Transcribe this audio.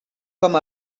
com